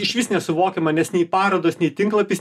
išvis nesuvokiama nes nei parodos nei tinklapis